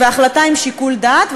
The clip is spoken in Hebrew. החלטה עם שיקול דעת,